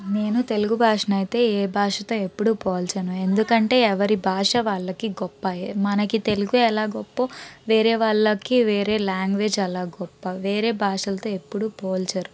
నేను తెలుగు భాషనయితే ఏ భాషతో ఎప్పుడు పోల్చను ఎందుకంటే ఎవరి భాష వాళ్ళకి గొప్ప మనకి తెలుగు ఎలా గొప్పో వేరే వాళ్ళకి వేరే లాంగ్వేజ్ గొప్ప వేరే భాషలతో ఎప్పుడు పోల్చరు